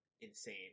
insane